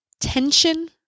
Tension